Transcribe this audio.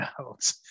out